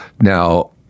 now